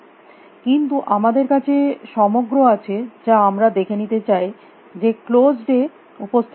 কিন্তু আমাদের কাছে সমগ্র আছে যা আমরা দেখে নিতে চাই যে ক্লোস্ড এ উপস্থিত আছে কিনা